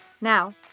Now